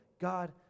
God